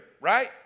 right